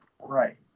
Right